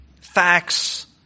facts